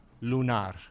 Lunar